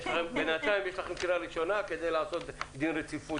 בינתיים יש לכם קריאה ראשונה כדי לעשות דין רציפות,